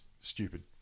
stupid